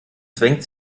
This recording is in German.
zwängt